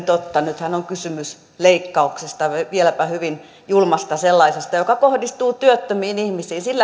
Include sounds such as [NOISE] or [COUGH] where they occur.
[UNINTELLIGIBLE] totta nythän on kysymys leikkauksesta vieläpä hyvin julmasta sellaisesta joka kohdistuu työttömiin ihmisiin